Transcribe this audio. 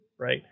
right